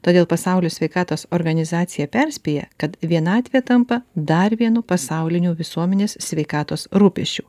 todėl pasaulio sveikatos organizacija perspėja kad vienatvė tampa dar vienu pasauliniu visuomenės sveikatos rūpesčiu